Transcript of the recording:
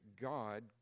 God